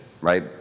right